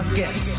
guess